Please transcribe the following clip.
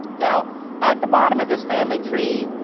now at the bottom of this family tree,